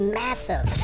massive